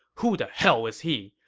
who the hell is he,